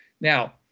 Now